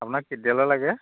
আপোনাক কেতিয়ালৈ লাগে